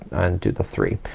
and do the three.